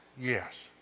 yes